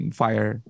fire